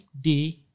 day